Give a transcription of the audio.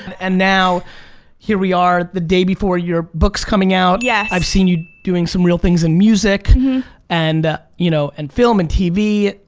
and now here we are the day before your book's coming out. yes. yeah i've seen you doing some real things in music and you know and film and tv.